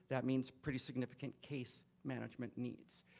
that means pretty significant case management needs.